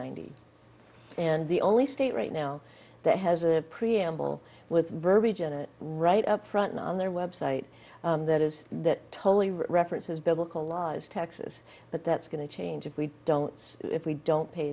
hundred and the only state right now that has a preamble with verbiage in it right up front on their website that is that totally references biblical laws texas but that's going to change if we don't if we don't pay